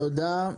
תודה.